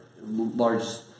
largest